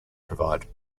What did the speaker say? provide